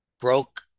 broke